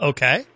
Okay